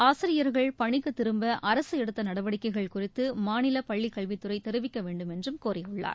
ஆசிரியா்கள் பணிக்குத் திரும்ப அரசு எடுத்த நடவடிக்கைகள் குறித்து மாநில பள்ளிக்கல்வித்துறை தெரிவிக்க வேண்டுமென்றும் கூறியுள்ளார்